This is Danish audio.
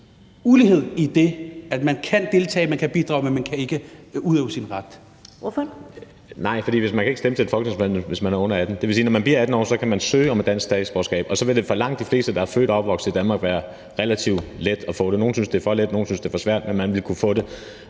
ret? Kl. 11:46 Første næstformand (Karen Ellemann): Ordføreren. Kl. 11:46 Lars Aslan Rasmussen (S): Nej, for man kan ikke stemme til et folketingsvalg, hvis man er under 18 år. Det vil sige, at når man bliver 18 år, kan man søge om et dansk statsborgerskab, og så vil det for langt de fleste, der er født og opvokset i Danmark, være relativt let at få det. Nogle synes, det er for let, nogle synes, det er for svært, men man vil kunne få det,